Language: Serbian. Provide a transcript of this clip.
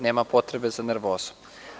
Nema potrebe za nervozom.